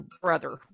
brother